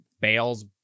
Bale's